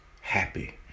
happy